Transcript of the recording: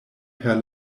per